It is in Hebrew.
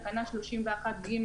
תקנה 31(ג),